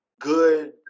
good